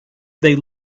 they